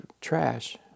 trash